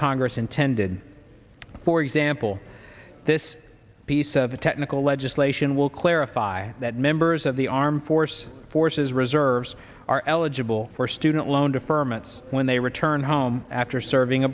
congress intended for example this piece of the technical legislation will clarify that members of the armed force forces reserves are eligible for student loan deferments when they return home after serving